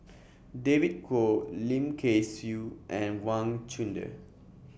David Kwo Lim Kay Siu and Wang Chunde